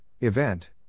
Event